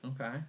Okay